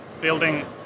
building